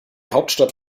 hauptstadt